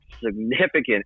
Significant